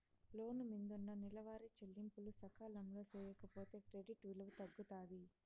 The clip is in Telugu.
లోను మిందున్న నెలవారీ చెల్లింపులు సకాలంలో సేయకపోతే క్రెడిట్ విలువ తగ్గుతాది